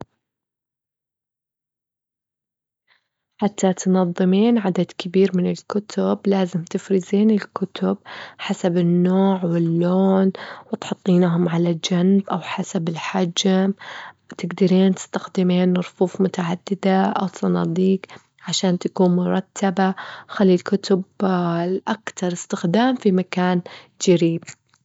حتى تنظمين عدد كبير من الكتب لازم تفرزين الكتب حسب النوع واللون، وتحطينهم على جمب، أو حسسب الحجم، تجدرين تستخدمين رفوف متعددة أو صناديق؛ عشان تكون مرتبة، خلى الكتب الأكتر استخدام في مكان جريب.